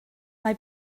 mae